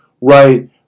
Right